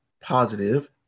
positive